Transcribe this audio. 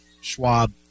Schwab